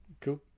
cool